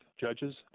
judges